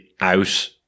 out